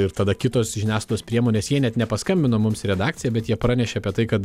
ir tada kitos žiniasklaidos priemonės jie net nepaskambino mums į redakcija bet jie pranešė apie tai kad